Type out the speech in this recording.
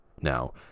now